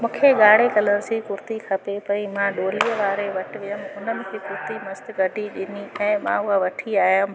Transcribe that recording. मूंखे गाड़े कलर जी कुर्ती खपे पई मां गोलीअ वारे वटि वियमि हुन मुंहिंजी कुर्ती मस्तु कढी ॾिनी ऐं मां उहा वठी आयमि